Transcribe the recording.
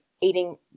eating